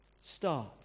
Start